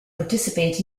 participate